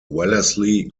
wellesley